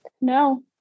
No